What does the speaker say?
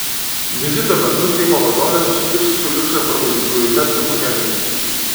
vizito metu seimo vadovė susitiks su liuksemburgo didžiuoju hercogu henriu